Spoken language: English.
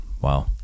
Wow